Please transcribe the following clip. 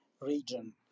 region